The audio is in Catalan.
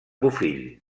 bofill